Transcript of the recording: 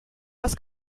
was